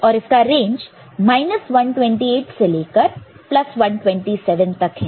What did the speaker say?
और इसका रेंज 128 से लेकर 127 तक है